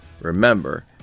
remember